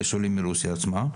אלה שעולים מרוסיה עצמה.